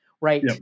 right